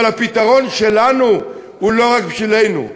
אבל הפתרון שלנו הוא לא רק בשבילנו.